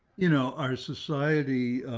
you know, our society,